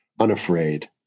unafraid